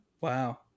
Wow